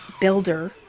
builder